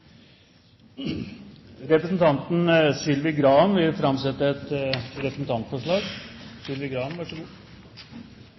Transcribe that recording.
Representanten Sylvi Graham vil framsette et representantforslag.